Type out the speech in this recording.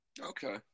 Okay